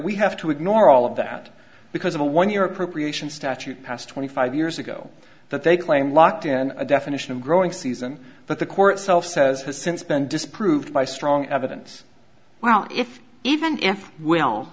we have to ignore all of that because of a one year appropriation statute passed twenty five years ago that they claim locked in a definition of growing season but the court itself says has since been disproved by strong evidence well if even well